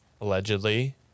allegedly